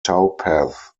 towpath